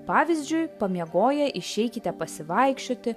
pavyzdžiui pamiegoję išeikite pasivaikščioti